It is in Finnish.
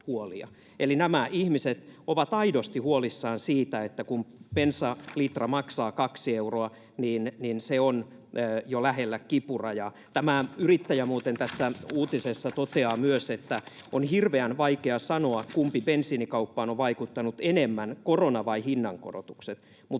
Eli nämä ihmiset ovat aidosti huolissaan siitä, että kun bensalitra maksaa 2 euroa, niin se on jo lähellä kipurajaa. Tämä yrittäjä muuten tässä uutisessa toteaa myös: ”On hirveän vaikea sanoa, kumpi bensiinikauppaan on vaikuttanut enemmän, korona vai hinnankorotukset.